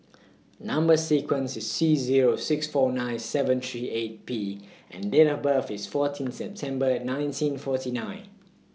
Number sequence IS T Zero six four nine seven three eight P and Date of birth IS fourteen September nineteen forty nine